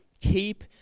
keep